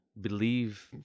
believe